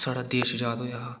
साढ़ा देश अजाद होएया हा